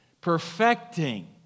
Perfecting